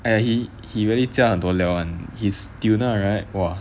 and he he really 加很多料 [one] his tuna right !wah!